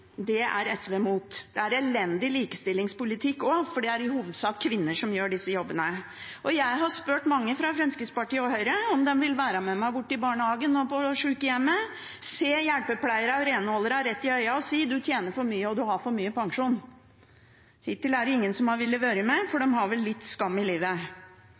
Det er SV imot. Det er elendig likestillingspolitikk også, for det er i hovedsak kvinner som gjør disse jobbene. Jeg har spurt mange fra Fremskrittspartiet og Høyre om de vil være med meg bort i barnehagen og på sjukehjemmet, se hjelpepleierne og renholderne rett i øynene og si: Du tjener for mye, og du har for mye i pensjon. Hittil er det ingen som har villet være med, for de har vel litt skam i livet.